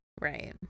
Right